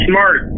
Smart